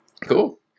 Cool